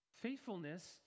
Faithfulness